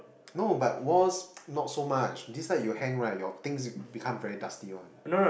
no but walls not so much this type you hang right your things become very dusty one